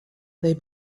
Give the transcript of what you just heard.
they